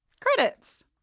Credits